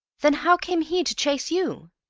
then how came he to chase you?